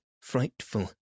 frightful